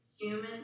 Human